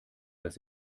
dass